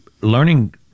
learning